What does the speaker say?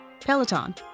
Peloton